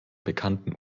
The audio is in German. bekannten